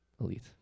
Elite